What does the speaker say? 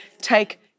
Take